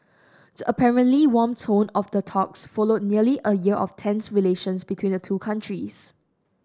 the apparently warm tone of their talks followed nearly a year of tense relations between the two countries